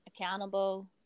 accountable